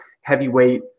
heavyweight